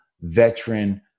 veteran